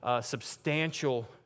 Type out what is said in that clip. substantial